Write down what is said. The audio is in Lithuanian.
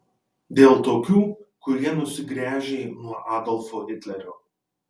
dėl tokių kurie nusigręžė nuo adolfo hitlerio